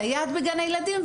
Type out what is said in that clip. סייעת בגן הילדים,